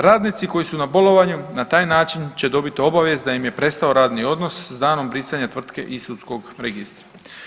Radnici koji su na bolovanju na taj način će dobiti obavijest da im je prestao radni odnos s danom brisanja tvrtke iz sudskog registra.